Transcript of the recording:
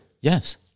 Yes